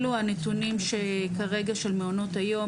אלו הנתונים שכרגע של מעונות היום,